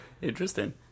Interesting